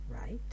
right